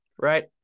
right